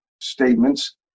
statements